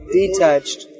detached